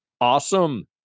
Awesome